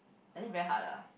I think very hard lah